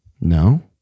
No